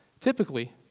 typically